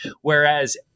whereas